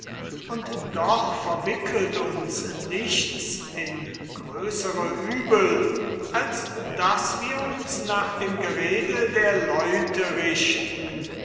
und doch verwickelt uns nichts in größere uebel als daß wir uns nach dem gerede der leute richten